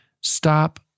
stop